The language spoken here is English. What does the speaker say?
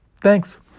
Thanks